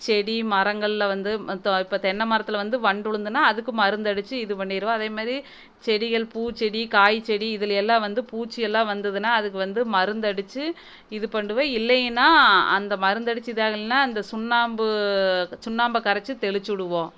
செடி மரங்களில் வந்து இப்போ தென்னை மரத்தில் வந்து வண்டு விழுந்துதுனா அதுக்கு மருந்தடித்து இது பண்ணிடுவோம் அதேமாரி செடிகள் பூச்செடி காய்ச்செடி இதில் எல்லாம் வந்து பூச்சியெல்லாம் வந்துதுனால் அதுக்கு வந்து மருந்தடித்து இது பண்ணிவிடுவேன் இல்லையினால் அந்த மருந்தடித்து இதாகலனால் இந்த சுண்ணாம்பு சுண்ணாம்பைக் கரைச்சி தெளித்து விடுவோம்